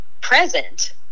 present